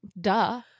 Duh